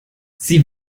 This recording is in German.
sie